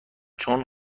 چون